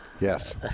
Yes